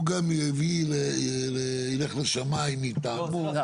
הוא גם ילך לשמאי מטעמו.